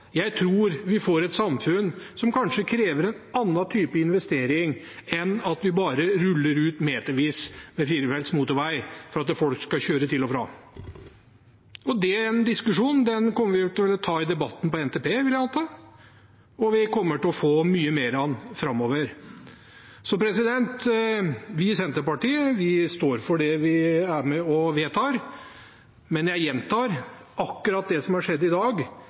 Jeg tror vi får et samfunn som kanskje krever en annen type investering enn at vi bare ruller ut metervis med firefelts motorvei for at folk skal kjøre til og fra. Den diskusjonen kommer vi til å ta i debatten om NTP, vil jeg anta, og vi kommer til å få mye mer av den framover. Vi i Senterpartiet står for det vi er med og vedtar. Men jeg gjentar: Akkurat det som har skjedd i dag,